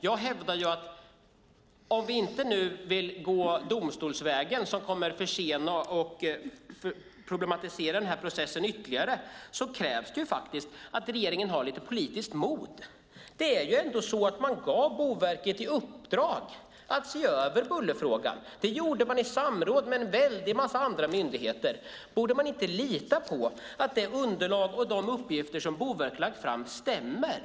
Jag hävdar att om vi nu inte vill gå domstolsvägen som kommer att försena och problematisera den här processen ytterligare krävs faktiskt att regeringen har lite politiskt mod. Man gav ändå Boverket i uppdrag att se över bullerfrågan, och det gjorde man i samråd med en väldig massa andra myndigheter. Borde man inte lita på att det underlag och de uppgifter som Boverket lagt fram stämmer?